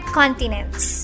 continents